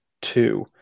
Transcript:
two